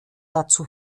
dazu